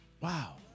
wow